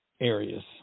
areas